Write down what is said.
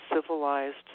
civilized